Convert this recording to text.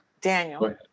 Daniel